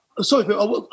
Sorry